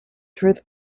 through